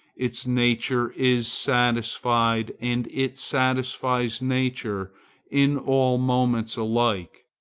its nature is satisfied and it satisfies nature in all moments alike.